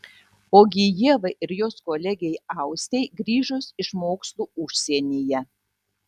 ogi ievai ir jos kolegei austei grįžus iš mokslų užsienyje